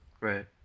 Right